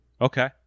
Okay